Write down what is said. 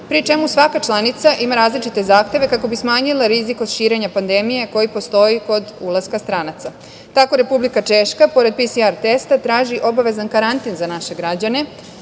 pri čemu svaka članica ima različite zahteve kako bi smanjila rizik od širenja pandemije koji postoji kod ulaska stranaca. Tako Republika Češka, pored PCR testa traži obavezan karantin za naše građane.